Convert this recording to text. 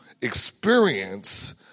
experience